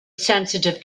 sensitive